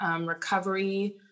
recovery